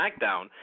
SmackDown